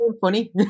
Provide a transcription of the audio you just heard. funny